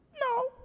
No